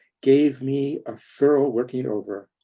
gave me a thorough working-over.